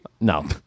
No